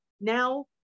now